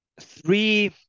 three